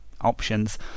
options